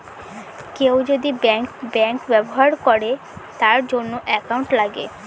কেউ যদি ব্যাঙ্ক ব্যবহার করে তার জন্য একাউন্ট লাগে